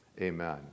Amen